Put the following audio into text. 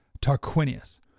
Tarquinius